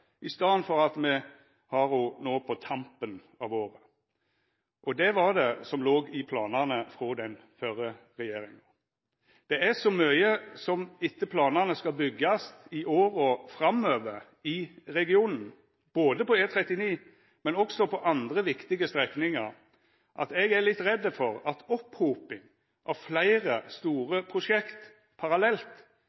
i staden for at me har ho no på tampen av året. Det var det som låg i planane frå den førre regjeringa. Det er så mykje som etter planane skal byggjast i åra framover i regionen, både på E39 og på andre viktige strekningar, at eg er litt redd for at opphoping av fleire